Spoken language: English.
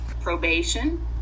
probation